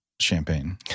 Champagne